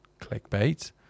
clickbait